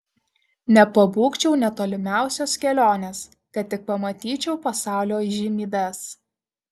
nepabūgčiau net tolimiausios kelionės kad tik pamatyčiau pasaulio įžymybes